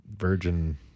virgin